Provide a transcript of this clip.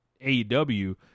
AEW